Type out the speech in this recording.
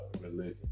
religion